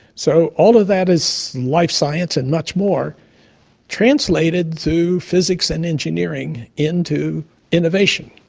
so all of that is life science and much more translated to physics and engineering into innovation,